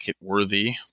worthy